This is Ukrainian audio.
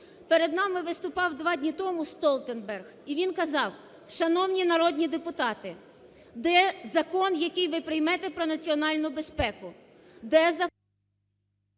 Перед нами виступав два дні тому Столтенберг і він казав: шановні народні депутати, де закон, який ви приймете про національну безпеку,